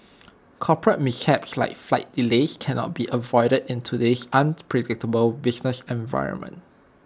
corporate mishaps like flight delays cannot be avoided in today's unpredictable business environment